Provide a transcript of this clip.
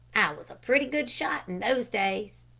i was a pretty good shot in those days.